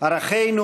ערכינו,